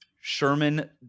Sherman